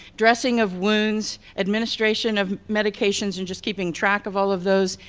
dressing of wounds, administration of medications and just keeping track of all of those,